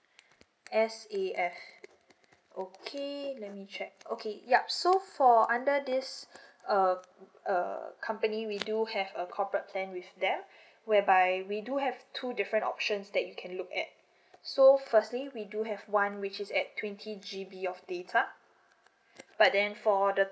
S_A_F okay let me check okay yup so for under this uh uh company we do have a corporate plan with them whereby we do have two different options that you can look at so firstly we do have one which is at twenty G_B of data up but then for the